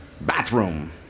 bathroom